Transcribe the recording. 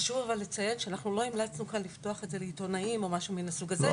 חשוב לציין שלא המלצנו כאן לפתוח את זה לעיתונאים או דברים מהסוג הזה,